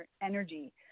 energy